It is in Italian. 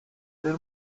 del